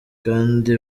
kandi